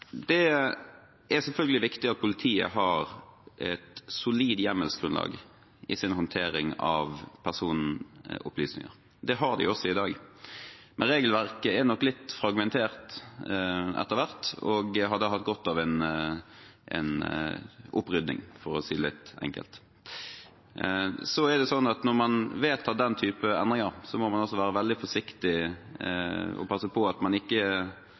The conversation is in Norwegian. Det er selvfølgelig viktig at politiet har et solid hjemmelsgrunnlag i sin håndtering av personopplysninger. Det har de også i dag. Men regelverket er nok litt fragmentert etter hvert og hadde hatt godt av en opprydning, for å si det litt enkelt. Så er det sånn at når man vedtar den typen endringer, må man være veldig forsiktig og passe på at man ikke